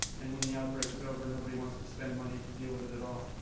and when the outbreak is over, nobody wants to spend money to deal with it at all.